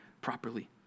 properly